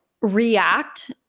react